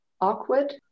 awkward